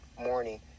morning